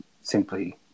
simply